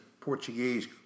Portuguese